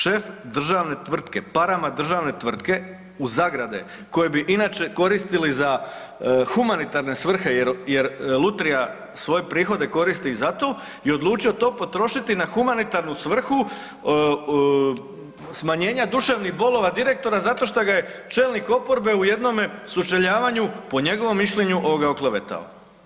Šef državne tvrtke parama državne tvrtke u zagrade koje bi inače koristili za humanitarne svrhe jer, jer lutrija svoje prihode koristi i za to je odlučio to potrošiti na humanitarnu svrhu smanjenja duševnih bolova direktora zato šta ga je čelnik oporbe u jednome sučeljavanju, po njegovom mišljenju, ovoga oklevetao.